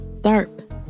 Tharp